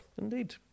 indeed